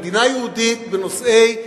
במדינה יהודית, בנושאי לידה,